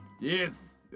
Yes